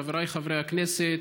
חבריי חברי הכנסת,